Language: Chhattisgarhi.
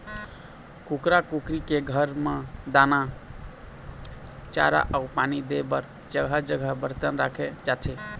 कुकरा कुकरी के घर म दाना, चारा अउ पानी दे बर जघा जघा बरतन राखे जाथे